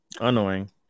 Annoying